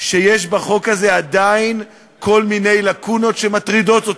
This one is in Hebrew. שיש בחוק הזה עדיין כל מיני לקונות שמטרידות אותי,